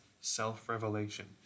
self-revelation